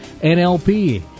nlp